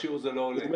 איך שהוא זה לא עולה.